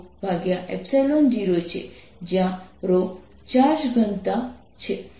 તમે અહીં ડિસ્કના પરિઘ પર પ્રવાહ જુઓ છો